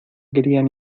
querían